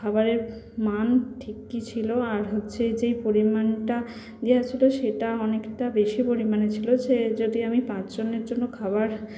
খাবারের মান ঠিকই ছিলো আর হচ্ছে যেই পরিমাণটা দেয়া ছিলো সেটা অনেকটা বেশি পরিমাণে ছিলো সে যদি আমি পাঁচজনের জন্য খাবার